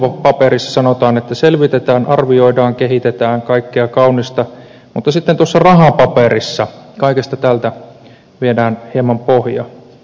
ohjelmapaperissa sanotaan että selvitetään arvioidaan kehitetään kaikkea kaunista mutta sitten tuossa rahapaperissa kaikelta tältä viedään hieman pohjaa pois